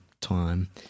time